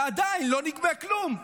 ועדיין לא נגבה כלום.